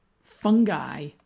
fungi